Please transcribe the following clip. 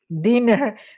dinner